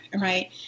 right